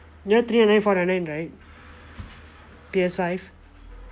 now three nine nine four nine nine right P_S five